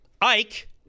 Ike